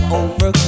over